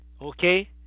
okay